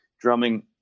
drumming